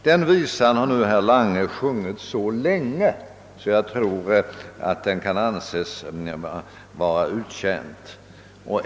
Den visan har herr Lange sjungit så länge att jag tror att den kan anses vara uttjänt.